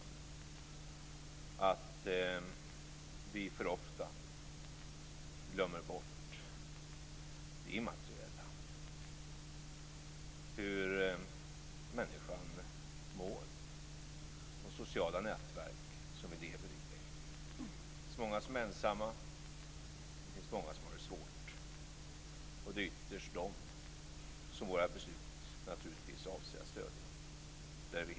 Han sade att vi för ofta glömmer bort det immateriella, hur människan mår och de sociala nätverk vi lever i. Det finns många som är ensamma, det finns många som har det svårt, och det är ytterst dem som våra beslut naturligtvis avser att stödja. Det är vi helt överens om.